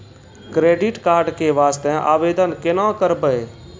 Credit card के वास्ते आवेदन केना करबै?